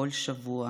כל שבוע,